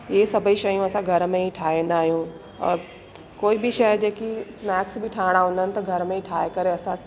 हीअ सभई शयूं असां घर में ई ठाहींदा आहियूं और कोई बि शइ जेकी स्नैक्स बि ठाहिणा हूंदा आहिनि त घर में ई ठाहे करे असां